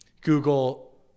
Google